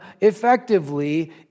effectively